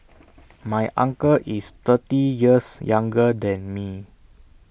my uncle is thirty years younger than me